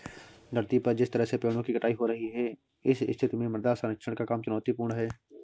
धरती पर जिस तरह से पेड़ों की कटाई हो रही है इस स्थिति में मृदा संरक्षण का काम चुनौतीपूर्ण है